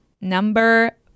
number